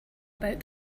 about